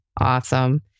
Awesome